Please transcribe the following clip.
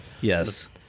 Yes